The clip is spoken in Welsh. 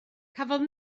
cafodd